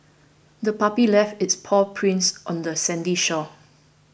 the puppy left its paw prints on the sandy shore